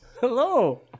Hello